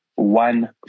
one